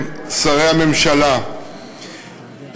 שרי הממשלה,